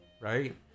right